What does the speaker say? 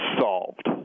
solved